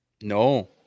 No